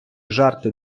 жарти